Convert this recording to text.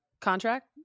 contract